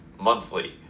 monthly